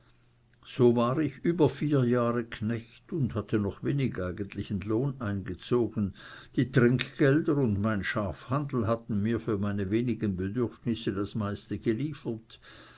so war ich über vier jahre knecht und hatte noch wenig eigentlichen lohn eingezogen die trinkgelder und mein schafhandel halten mir für meine wenigen bedürfnisse das meiste geliefert